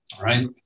right